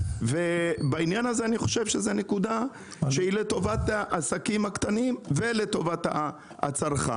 ובעניין הזה אני חושב שזו נקודה שהיא לטובת העסקים הקטנים ולטובת הצרכן.